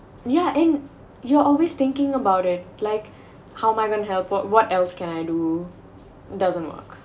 yeah and you're always thinking about it like how am I going to help her what else can I do doesn't work